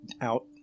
out